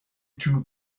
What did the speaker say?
two